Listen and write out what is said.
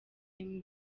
amb